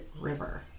River